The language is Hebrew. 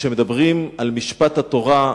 כשמדברים על משפט התורה,